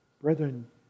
Brethren